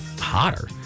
hotter